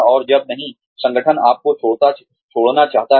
और जब नहीं संगठन आपको छोड़ना चाहता है